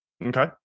Okay